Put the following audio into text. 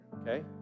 okay